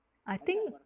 I think